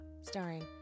starring